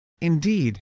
Indeed